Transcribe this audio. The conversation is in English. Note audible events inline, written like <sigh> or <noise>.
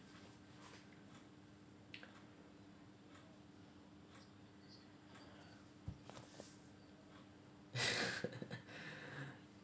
<laughs>